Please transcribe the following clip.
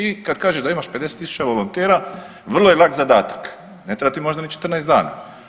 I kad kažeš da imaš 50 000 volontera vrlo je lak zadatak, ne treba ti možda ni 14 dana.